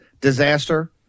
disaster